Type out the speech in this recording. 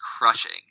crushing